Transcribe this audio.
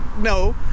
No